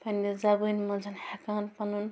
پَنٛنہِ زبانہِ منٛز ہٮ۪کان پَنٛنُن